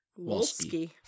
Wolski